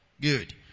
Good